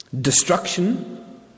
destruction